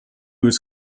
was